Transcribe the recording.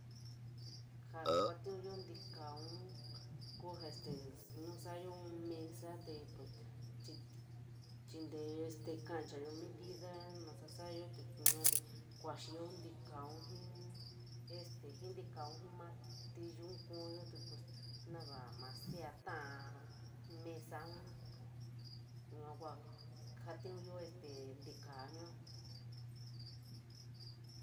Jaa kuatiñiyo ntikaaún kuo ja este nu sariyo in mesa te pos chi inte, kaanchayo medida nasa sariyo te yua te kuañiyo tikaau jii este jii tikaau jii, martillu kuoyo te pos naivola siaa tala mesaun, yua kua jotiñiyo este ntikaa yua.